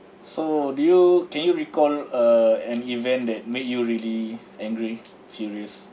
so do you can you recall uh an event that made you really angry serious